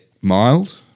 mild